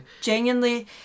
Genuinely